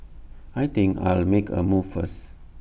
I think I'll make A move first